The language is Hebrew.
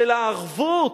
של הערבות,